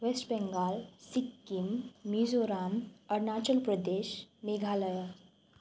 West Bengal Sikkim Mizoram Arunachal Pradesh Meghalaya